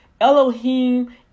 Elohim